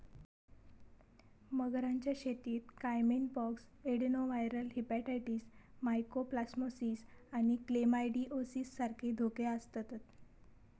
मगरांच्या शेतीत caiman pox, adenoviral hepatitis, mycoplasmosis आणि क्लेमायडिओसिस सारखे धोके आसतत